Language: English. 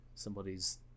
Somebody's